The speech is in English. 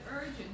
urgent